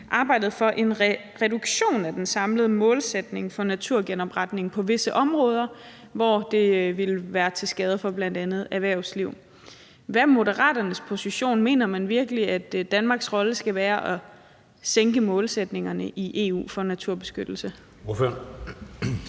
arbejdede for en reduktion af den samlede målsætning for naturgenopretning på visse områder, hvor det ville være til skade for bl.a. erhvervslivet. Hvad er Moderaternes position? Mener man virkelig, at Danmarks rolle skal være at sænke målsætningerne i EU for naturbeskyttelse?